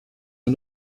nur